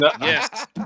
Yes